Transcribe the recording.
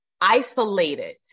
isolated